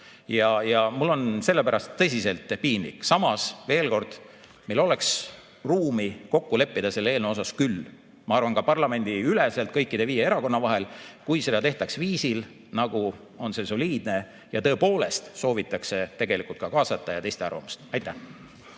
Ja mul on selle pärast tõsiselt piinlik. Samas, veel kord: meil oleks ruumi kokku leppida selle eelnõu suhtes küll, ma arvan, ka parlamendiüleselt, kõigi viie erakonna vahel, kui seda tehtaks viisil, nagu on soliidne, ja tõepoolest soovitaks teisi kaasata ja teiste arvamust